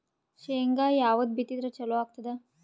ಶೇಂಗಾ ಯಾವದ್ ಬಿತ್ತಿದರ ಚಲೋ ಆಗತದ?